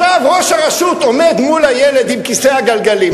עכשיו, ראש הרשות עומד מול הילד בכיסא הגלגלים.